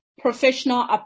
professional